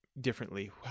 differently